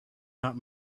not